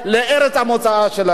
ולכן, אדוני היושב-ראש,